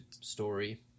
story